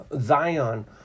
Zion